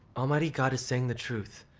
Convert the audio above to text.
almighty god is saying the truth.